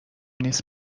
نیست